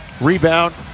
Rebound